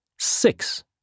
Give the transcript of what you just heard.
Six